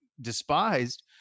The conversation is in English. despised